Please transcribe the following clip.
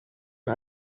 hun